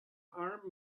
armed